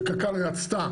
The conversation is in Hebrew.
וקק"ל רצתה,